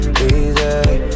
easy